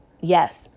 Yes